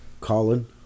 Colin